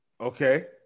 Okay